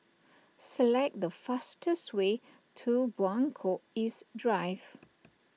select the fastest way to Buangkok East Drive